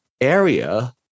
area